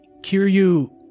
Kiryu